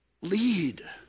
lead